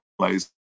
place